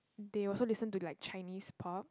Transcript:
they also listen to like Chinese pop